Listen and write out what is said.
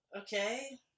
okay